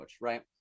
right